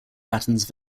patterns